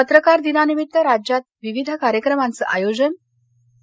पत्रकार दिनानिमित्त राज्यात विविध कार्यक्रमांचं आयोजन आणि